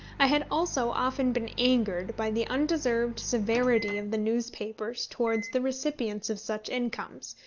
i had also often been angered by the undeserved severity of the newspapers towards the recipients of such incomes,